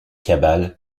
cabale